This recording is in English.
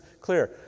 clear